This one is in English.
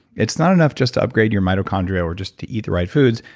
it's not enough just to upgrade your mitochondria or just to eat the right foods,